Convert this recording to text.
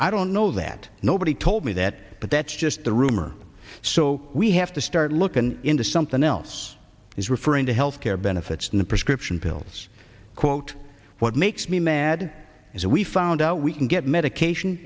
i don't know that nobody told me that but that's just the rumor so we have to start looking into something else is referring healthcare benefits in the prescription pills quote what makes me mad is we found out we can get medication